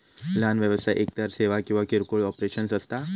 लहान व्यवसाय एकतर सेवा किंवा किरकोळ ऑपरेशन्स असता